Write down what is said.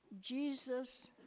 Jesus